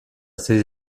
ses